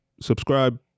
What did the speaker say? Subscribe